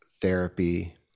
therapy